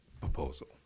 proposal